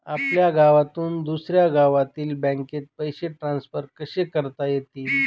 आपल्या गावातून दुसऱ्या गावातील बँकेत पैसे ट्रान्सफर कसे करता येतील?